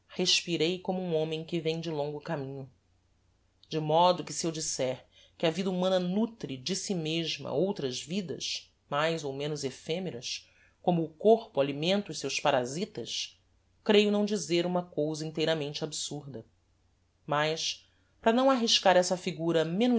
respirei como um homem que vem de longo caminho de modo que se eu disser que a vida humana nutre de si mesma outras vidas mais ou menos ephemeras como o corpo alimenta os seus parasitas creio não dizer uma cousa inteiramente absurda mas para não arriscar essa figura